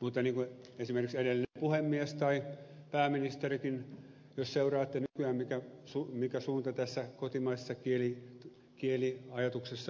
mutta niin kuin esimerkiksi edellinen puhemies tai pääministerikin jos seuraatte nykyään mikä suunta tässä kotimaisessa kieliajatuksessa on